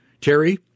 Terry